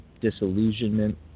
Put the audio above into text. disillusionment